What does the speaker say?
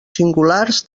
singulars